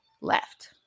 left